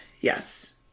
Yes